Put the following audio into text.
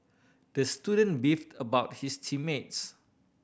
the student beefed about his team mates